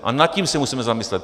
A nad tím se musíme zamyslet.